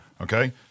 Okay